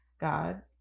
God